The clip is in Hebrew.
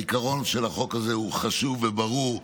העיקרון של החוק הזה הוא חשוב וברור,